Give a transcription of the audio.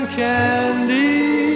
candy